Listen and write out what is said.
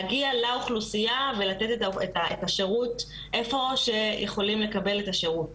להגיע לאוכלוסייה ולתת את השירות איפה שיכולים לקבל את השירות,